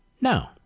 No